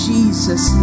Jesus